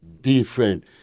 different